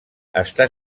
està